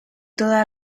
toda